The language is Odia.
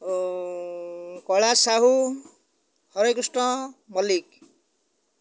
କୈଳାସ ସାହୁ ହରେକୃଷ୍ଣ ମଲ୍ଲିକ୍